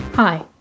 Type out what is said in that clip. Hi